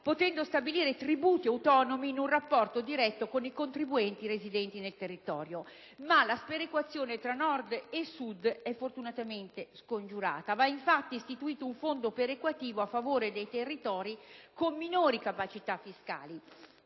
potendo stabilire tributi in un rapporto diretto con i contribuenti residenti nel territorio. Ma la sperequazione tra Nord e Sud è fortunatamente scongiurata: viene, infatti, istituito un fondo perequativo a favore dei territori con minori capacità fiscali.